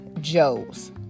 Joes